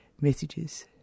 messages